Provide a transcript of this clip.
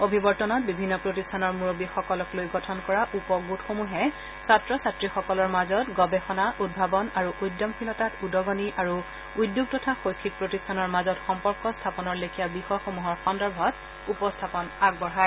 অভিৱৰ্তনত বিভিন্ন প্ৰতিষ্ঠানৰ মুৰববীসকলক লৈ গঠন কৰা উপ গোট সমূহে ছাত্ৰ ছাত্ৰীসকলৰ মাজত গৱেষণা উদ্ভাৱণ আৰু উদ্যমশীলতাত উদ্গণি আৰু উদ্যোগ তথা শৈক্ষিক প্ৰতিষ্ঠানৰ মাজত সম্পৰ্ক স্থাপনৰ লেখীয়া বিষয়সমূহৰ সন্দৰ্ভত উপস্থাপন আগবঢ়ায়